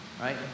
Right